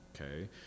okay